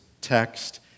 text